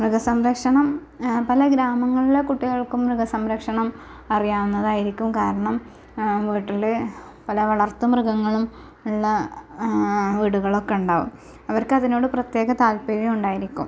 മൃഗസംരക്ഷണം പല ഗ്രാമങ്ങളിലെ കുട്ടികൾക്കും മൃഗസംരക്ഷണം അറിയാവുന്നതായിരിക്കും കാരണം വീട്ടിൽ പല വളർത്തു മൃഗങ്ങളും ഉള്ള വിടുകളൊക്കെ ഉണ്ടാവും അവർക്കതിനോട് പ്രത്യേക താൽപര്യം ഉണ്ടായിരിക്കും